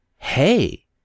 Hey